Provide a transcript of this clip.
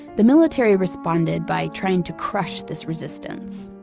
the military responded by trying to crush this resistance.